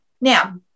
Now